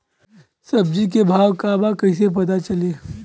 सब्जी के भाव का बा कैसे पता चली?